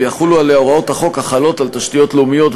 ויחולו עליה הוראות החוק החלות על תשתיות לאומיות.